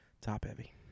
top-heavy